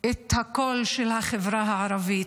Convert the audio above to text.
את הקול של החברה הערבית.